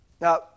Now